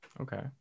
Okay